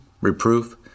reproof